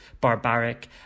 barbaric